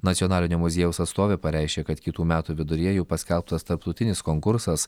nacionalinio muziejaus atstovė pareiškė kad kitų metų viduryje jau paskelbtas tarptautinis konkursas